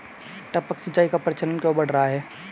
टपक सिंचाई का प्रचलन क्यों बढ़ रहा है?